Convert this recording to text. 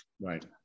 Right